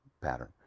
pattern